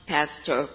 Pastor